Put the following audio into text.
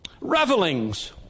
Revelings